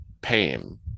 pain